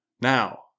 Now